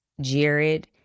Jared